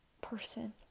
person